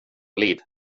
liv